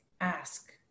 ask